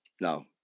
no